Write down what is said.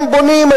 הם בונים.